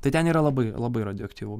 tai ten yra labai labai radioaktyvu